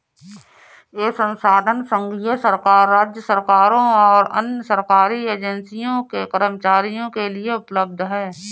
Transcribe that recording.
यह संसाधन संघीय सरकार, राज्य सरकारों और अन्य सरकारी एजेंसियों के कर्मचारियों के लिए उपलब्ध है